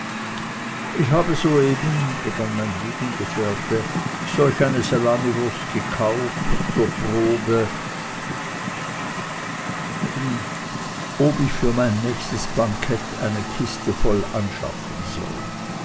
ich habe soeben begann mein lügengefährte solch eine salamiwurst gekauft zur probe ob ich für mein nächstes bankett eine kiste voll anschaffen soll